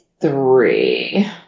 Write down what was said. three